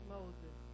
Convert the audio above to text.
Moses